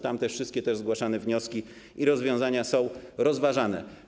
Tam wszystkie zgłaszane wnioski i rozwiązania są rozważane.